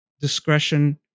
discretion